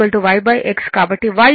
కాబట్టి y x tan 𝛅